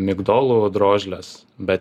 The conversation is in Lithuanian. migdolų drožles bet